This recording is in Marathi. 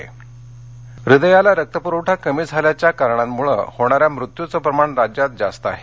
स्टेमी हृदयाला रक्त पुरवठा कमी झाल्याच्या कारणांमुळे होणाऱ्या मुत्युचे प्रमाण राज्यात जास्त आहे